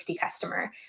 customer